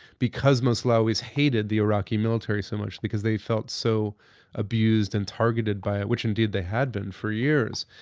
because moslawis hated the iraqi military so much, because they felt so abused and targeted by it, which indeed they had been for years.